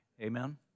Amen